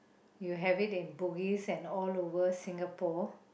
you have it in Bugis and all over Singapore